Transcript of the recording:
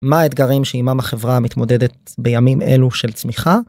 מה האתגרים שעימם החברה מתמודדת בימים אלו של צמיחה?